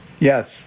Yes